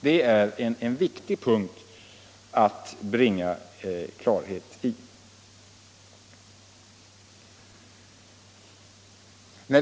Det är en viktig fråga att bringa klarhet i.